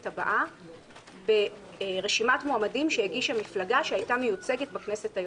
הבאה ברשימת מועמדים שהגישה מפלגה שהייתה מיוצגת בכנסת היוצאת,